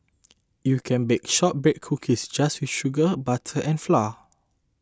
you can bake Shortbread Cookies just with sugar butter and flour